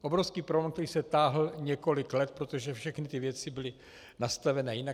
Obrovský problém, který se táhl několik let, protože všechny ty věci byly nastaveny jinak.